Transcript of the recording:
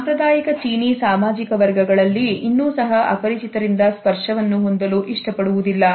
ಸಾಂಪ್ರದಾಯಿಕ ಚೀನೀ ಸಾಮಾಜಿಕ ವರ್ಗಗಳಲ್ಲಿ ಇನ್ನೂ ಸಹ ಅಪರಿಚಿತರಿಂದ ಸ್ಪರ್ಶವನ್ನು ಹೊಂದಲು ಇಷ್ಟಪಡುವುದಿಲ್ಲ